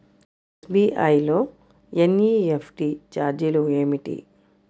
SBI లో NEFT ఛార్జీలు ఏమిటి?